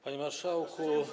Panie Marszałku!